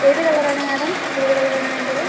ഏത് കളറാണ് മേടം ഏത് കളറാണ് വേണ്ടത്